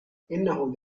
إنه